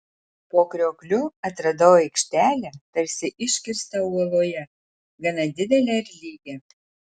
po kriokliu atradau aikštelę tarsi iškirstą uoloje gana didelę ir lygią